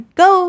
go